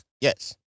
Yes